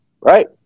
right